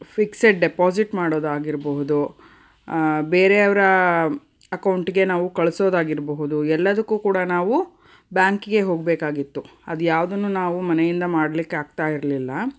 fixed deposit ಮಾಡೋದಾಗಿರಬಹುದು ಬೇರೆಯವರ ಅಕೌಂಟ್ಗೆ ನಾವು ಕಳ್ಸೋದಾಗಿರ್ಬಹುದು ಎಲ್ಲದಕ್ಕೂ ಕೂಡ ನಾವು ಬ್ಯಾಂಕಿಗೇ ಹೋಗಬೇಕಾಗಿತ್ತು ಅದು ಯಾವುದನ್ನೂ ನಾವು ಮನೆಯಿಂದ ಮಾಡಲಿಕ್ಕೆ ಆಗ್ತಾ ಇರಲಿಲ್ಲ